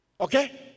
Okay